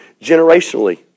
Generationally